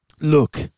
Look